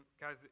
guys